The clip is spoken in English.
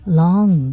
long